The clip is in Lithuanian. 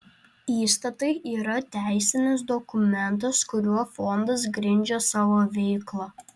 įstatai yra teisinis dokumentas kuriuo fondas grindžia savo veiklą